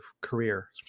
career